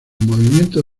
movimiento